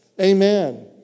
Amen